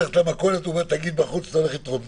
התכוונתם שזה יהיה בהיקף אחר?